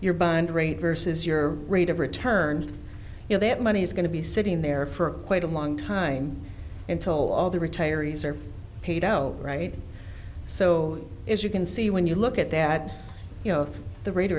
your bond rate versus your rate of return you know that money is going to be sitting there for quite a long time and toll all the retirees are paid out right so if you can see when you look at that you know the ra